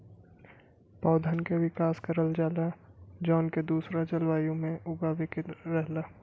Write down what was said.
पौधन के विकास करल जाला जौन के दूसरा जलवायु में उगावे के रहला